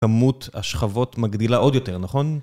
כמות השכבות מגדילה עוד יותר, נכון?